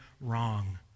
wrong